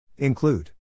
Include